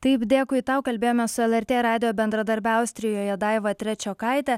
taip dėkui tau kalbėjomės su lrt radijo bendradarbe austrijoje daiva trečiokaite